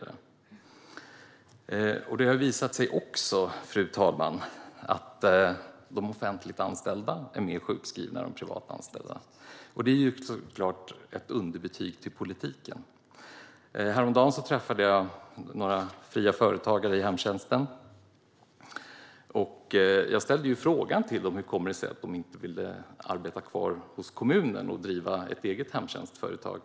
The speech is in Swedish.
Det har också visat sig, fru talman, att offentligt anställda är sjukskrivna mer än privat anställda. Det är såklart ett underbetyg till politiken. Häromdagen träffade jag några fria företagare i hemtjänsten. Jag ställde frågan till dem hur det kom sig att de inte ville arbeta kvar hos kommunen utan ville driva ett eget hemtjänstföretag.